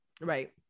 right